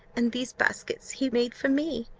and these baskets he made for me.